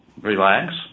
relax